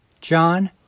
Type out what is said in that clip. John